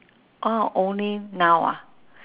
ah only noun ah